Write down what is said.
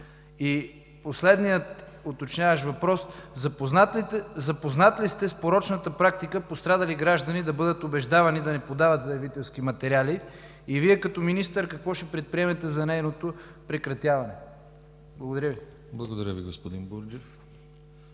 И последният уточняващ въпрос: запознат ли сте с порочната практика пострадали граждани да бъдат убеждавани да не подават заявителски материали? И Вие, като министър, какво ще предприемете за нейното прекратяване? Благодаря Ви. ПРЕДСЕДАТЕЛ ДИМИТЪР ГЛАВЧЕВ: